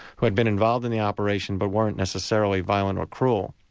who had been involved in the operation but weren't necessarily violent or cruel.